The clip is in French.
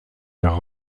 vers